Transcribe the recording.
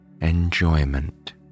enjoyment